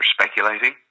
speculating